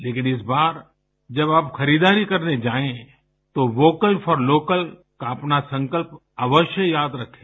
लेकिन इस बार जब आप खरीदारी करने जायें तो वोकल फॉर लोकल का अपना संकल्प अवश्य याद रखें